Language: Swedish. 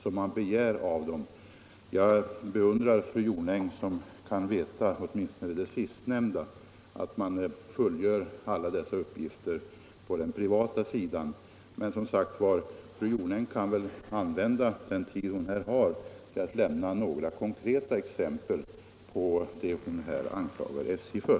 Jag beundrar fru Jonäng för att hon kan veta åtminstone det sistnämnda — att man fullgör alla dessa uppgiftsskyldigheter på den privata sidan — men fru Jonäng kan väl som sagt använda den tid hon har här till att lämna några konkreta exempel på det hon anklagar SJ för.